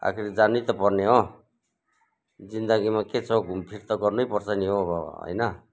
आखिरी जानै त पर्ने हो जिन्दगीमा के छ हौ घुमफिर त गर्नै पर्छ नि हौ होइन